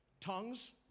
Tongues